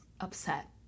upset